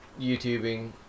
YouTubing